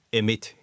emit